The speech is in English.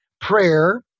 prayer